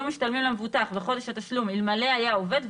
משתלמים למבוטח בחודש התשלום אלמלא היה עובד,